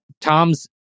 Tom's